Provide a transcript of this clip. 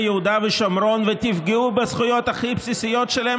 יהודה ושומרון ותפגעו בזכויות הכי בסיסיות שלהם,